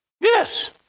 Yes